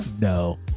no